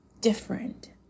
different